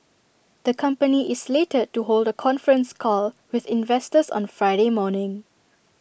the company is slated to hold A conference call with investors on Friday morning